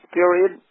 period